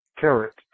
carrot